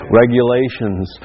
regulations